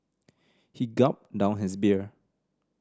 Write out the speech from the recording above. he gulped down his beer